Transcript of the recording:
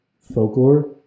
folklore